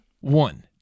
One